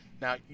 Now